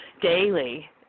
daily